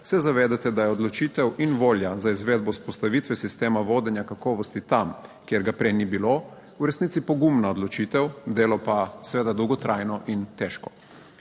se zavedate, da je odločitev in volja za izvedbo vzpostavitve sistema vodenja kakovosti tam, kjer ga prej ni bilo, v resnici pogumna odločitev, delo pa seveda dolgotrajno in težko.